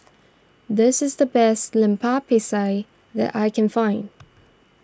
this is the best Lemper Pisang that I can find